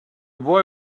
boy